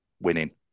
winning